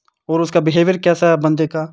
اور اس کا بہیویئر کیسا ہے بندے کا